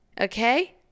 okay